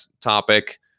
topic